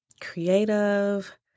Creative